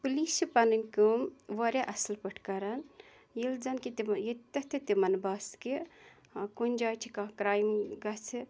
police چھِ پَنٕںۍ کٲم واریاہ اَصٕل پٲٹھۍ کَران ییٚلہِ زَن کہِ تِمہٕ ییٚتٮ۪تھ تہِ تِمَن باسہِ کہِ کُنہِ جایہِ چھِ کانٛہہ کَرٛایم گژھِ